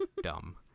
dumb